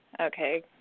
Okay